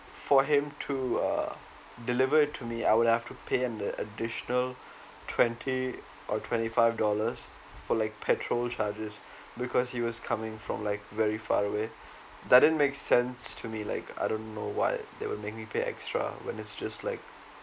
for him to uh deliver it to me I would have to pay an additional twenty or twenty five dollars for like petrol charges because he was coming from like very far away doesn't make sense to me like I don't know why they would make me pay extra when it's just like